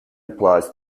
applies